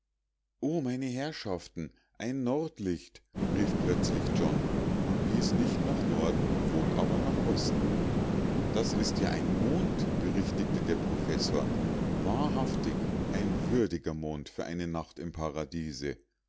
o meine herrschaften ein nordlicht rief plötzlich john und wies nicht nach norden wohl aber nach osten das ist ja ein mond berichtigte der professor wahrhaftig ein würdiger mond für eine nacht im paradiese